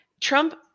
Trump